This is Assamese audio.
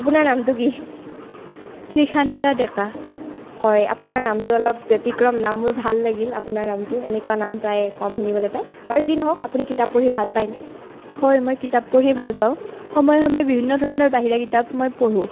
আপোনাৰ নামটো কি তৃষানীলা ডেকা হয় আপোনাৰ নামটো অলপ ব্যতিক্ৰম নাম মোৰ ভাল লাগিল আপোনাৰ নামতো এনেকুৱা নাম প্ৰায় কম শুনিবলৈ পায় বাৰু যি কি নহওক আপুনি কিতাপ পঢ়ি ভাল পায়নে হয় মই কিতাপ পঢ়ি ভাল পাওঁ সময়ে সময়ে বিভিন্ন ধৰণৰ বাহিৰা কিতাপ মই পঢ়োঁ